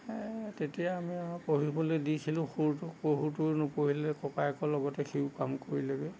এই তেতিয়া আমি আৰু পঢ়িবলৈ দিছিলোঁ সৰুটোক সৰুটোৱেও নপঢ়িলে ককায়কৰ লগতে সিও কাম কৰিলেগৈ